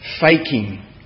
faking